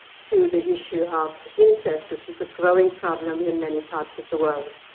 to the issue of incest, which is a growing problem in many parts of the world.